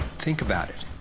think about it!